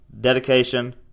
dedication